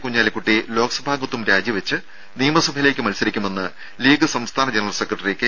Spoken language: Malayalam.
കുഞ്ഞാലിക്കുട്ടി ലോക്സഭാംഗത്വം രാജിവെച്ച് നിയമസഭയിലേക്ക് മത്സരിക്കുമെന്ന് ലീഗ് സംസ്ഥാന ജനറൽ സെക്രട്ടറി കെ